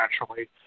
naturally